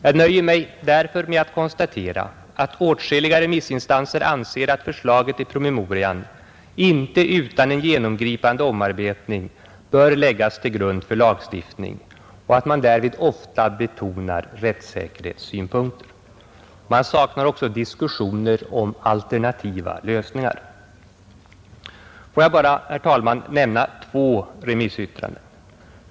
Jag nöjer mig därför med att konstatera att åtskilliga remissinstanser anser att förslaget i promemorian inte utan en genomgripande omarbetning bör läggas till grund för lagstiftning och att man därvid ofta betonar rättssäkerhetssynpunkter. Man saknar också diskussioner om alternativa lösningar. Låt mig bara, herr talman, nämna två remissyttranden.